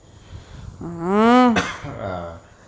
ah